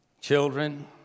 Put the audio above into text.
Children